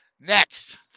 Next